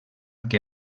que